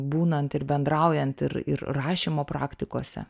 būnant ir bendraujant ir ir rašymo praktikose